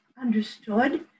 understood